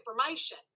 information